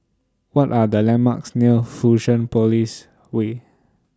What Are The landmarks near Fusionopolis Way